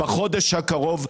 בחודש הקרוב,